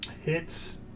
Hits